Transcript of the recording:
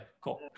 cool